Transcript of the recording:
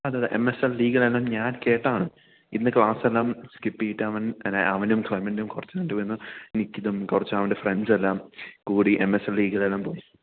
അതെ അതെ M S L ലീഗ്ൽ എല്ലാം ഞാൻ കേട്ടതാണ് ഇന്ന് ക്ലാസ്സെല്ലാം സ്കിപ്പ് ചെയ്തിട്ട് അവൻ ആ അവനും കുറച്ച് വന്ന് കുറച്ച് അവൻ്റെ ഫ്രണ്ട്സെല്ലാം കൂടി എം എസ് എൽ ലീഗ്ലെല്ലാം പോയി